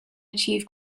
achieve